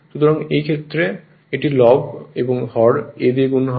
সুতরাং সেই ক্ষেত্রে এটির লব এবং হর a দিয়ে গুন হবে